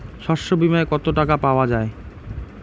শস্য বিমায় কত টাকা পাওয়া যায়?